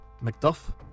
Macduff